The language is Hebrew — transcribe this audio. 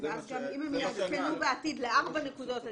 ואם הם יעדכנו בעתיד לארבע נקודות עגינה,